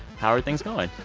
how are things going?